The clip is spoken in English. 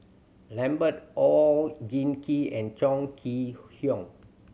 Lambert Oon Jin Gee and Chong Kee Hiong